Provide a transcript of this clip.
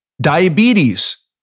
diabetes